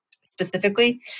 specifically